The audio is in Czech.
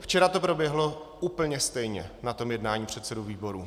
Včera to proběhlo úplně stejně na tom jednání předsedů výborů.